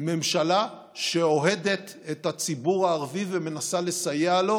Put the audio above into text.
ממשלה שאוהדת את הציבור הערבי ומנסה לסייע לו